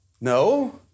No